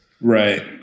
Right